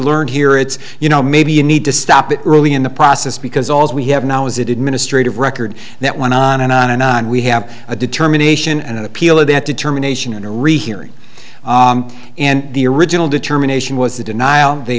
learned here it's you know maybe you need to stop it early in the process because all's we have now is it administrative record that went on and on and on we have a determination and an appeal that determination in a rehearing and the original determination was the denial the